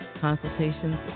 consultations